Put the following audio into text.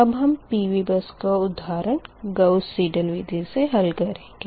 अब हम PV bus का उदाहरण गाउस सिडल विधि से ही हल करेंगे